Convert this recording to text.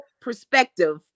perspective